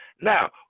Now